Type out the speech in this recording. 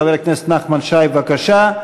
חבר הכנסת נחמן שי, בבקשה.